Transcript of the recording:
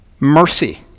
Mercy